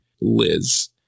Liz